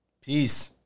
Peace